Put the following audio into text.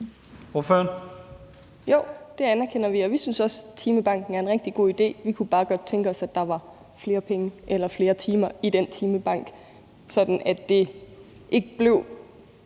(EL): Jo, det anerkender vi, og vi synes også, timebanken er en rigtig god idé. Vi kunne bare godt tænke os, at der var flere penge eller flere timer i den timebank, sådan at det